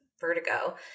vertigo